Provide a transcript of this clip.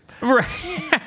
Right